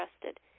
trusted